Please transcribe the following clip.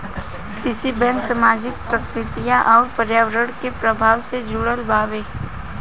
कृषि बैंक सामाजिक, प्राकृतिक अउर पर्यावरण के प्रभाव से जुड़ल बावे